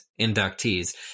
inductees